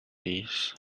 this